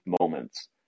moments